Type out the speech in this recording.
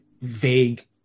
vague